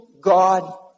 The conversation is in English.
God